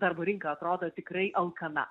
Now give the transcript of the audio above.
darbo rinka atrodo tikrai alkana